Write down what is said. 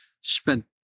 spent